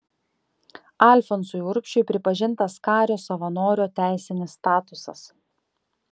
alfonsui urbšiui pripažintas kario savanorio teisinis statusas